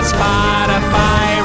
Spotify